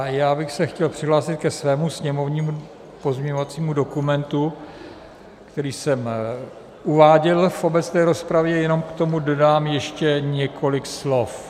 Já bych se chtěl přihlásit ke svému pozměňovacímu dokumentu, který jsem uváděl v obecné rozpravě, jenom k tomu dodám ještě několik slov.